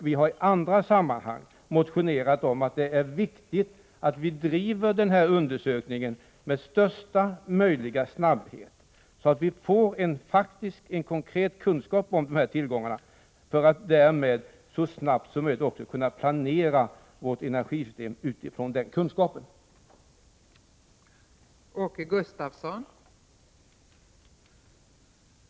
Vi har i andra sammanhang motionerat om att det är viktigt att man driver undersökningen av Siljan med största möjliga snabbhet, så att man får en konkret kunskap om dessa tillgångar för att så snabbt som möjligt kunna planera vårt energisystem utifrån vad som därvid kommer fram.